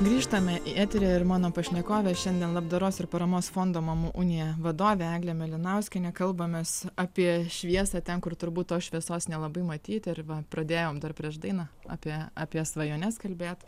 grįžtame į eterį ir mano pašnekovė šiandien labdaros ir paramos fondo mamų unija vadovė eglė mėlinauskienė kalbamės apie šviesą ten kur turbūt tos šviesos nelabai matyti ir va pradėjom dar prieš dainą apie apie svajones kalbėt